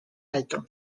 alto